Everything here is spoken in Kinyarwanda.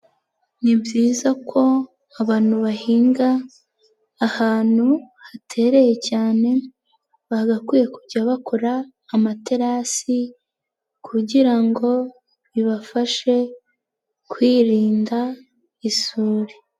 Ni byiza ko abantu bahinga ahantu hatereye cyane, bagakwiye kujya bakora amaterasi kugira ngo bibafashe kwirinda isuri.